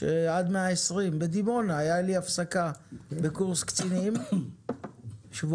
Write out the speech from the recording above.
שעד 120 בדימונה היה לי הפסקה בקורס קצינים שבועיים,